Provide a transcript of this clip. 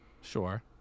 Sure